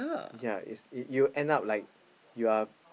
yea it's you you end up like you are